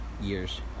years